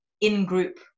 in-group